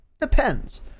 Depends